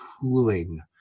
cooling